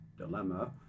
dilemma